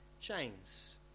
chains